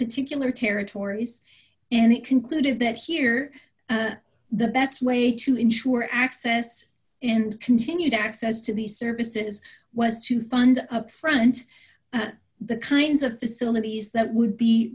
particular territories and it concluded that here the best way to ensure access and continued access to these services was to fund up front the kinds of facilities that would be